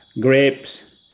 grapes